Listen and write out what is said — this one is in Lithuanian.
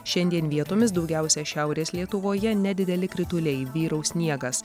šiandien vietomis daugiausia šiaurės lietuvoje nedideli krituliai vyraus sniegas